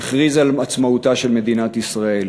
הכריז על עצמאותה של מדינת ישראל